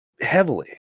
heavily